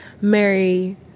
Mary